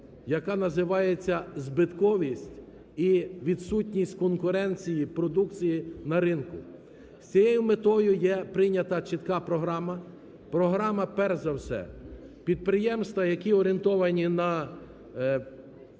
яка називається збитковість і відсутність конкуренції продукції на ринку. З цією метою є прийнята чітка програма, програма перш за все підприємства, які орієнтовані на покращення